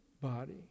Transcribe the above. body